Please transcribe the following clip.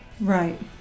right